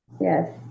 Yes